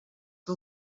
que